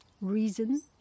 Reason